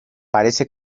parece